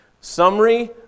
Summary